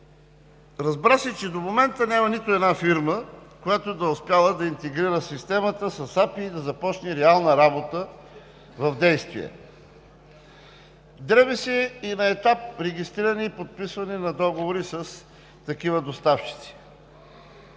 Разбра се, че до момента няма нито една фирма, която да е успяла да интегрира системата с АПИ и да започне реална работа в действие. Дреме се и на етап регистриране и подписване на договори с такива доставчици.